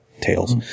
tails